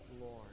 Lord